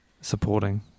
supporting